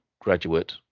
graduate